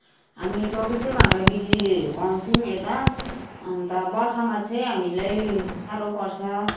हामी चौबिसै घन्टा बिजुलीहरू पाउँछौँ यता अन्त बर्खामा चाहिँ हामीलाई साह्रो पर्छ